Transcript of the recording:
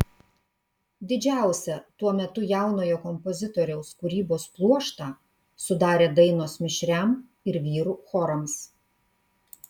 didžiausią tuo metu jaunojo kompozitoriaus kūrybos pluoštą sudarė dainos mišriam ir vyrų chorams